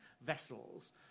vessels